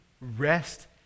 rest